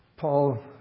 Paul